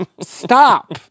stop